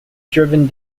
driven